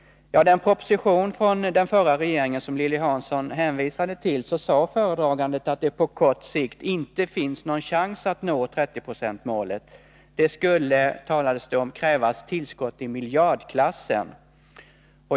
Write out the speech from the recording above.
I den proposition från den förra regeringen som Lilly Hansson hänvisade till sade föredraganden att det på kort sikt inte finns någon chans att nå 30-procentsmålet. Det skulle, sades det, krävas tillskott i miljardklassen.